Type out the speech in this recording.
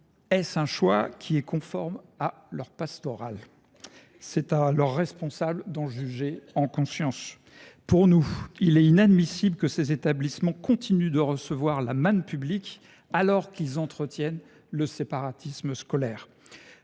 Est ce un choix qui est conforme à leur pastorale ? C’est à leurs responsables d’en juger en conscience. Pour nous, il est inadmissible que ces établissements continuent de recevoir la manne publique, alors qu’ils entretiennent le séparatisme scolaire.